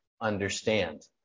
understand